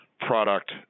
product